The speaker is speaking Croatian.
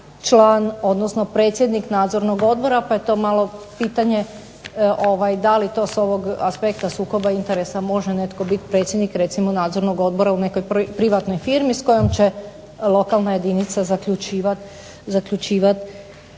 član, odnosno predsjednik nadzornog odbora pa je to malo pitanje da li to s ovog aspekta sukoba interesa može netko biti predsjednik recimo nadzornog odbora u nekoj privatnoj firmi s kojom će lokalna jedinica zaključivati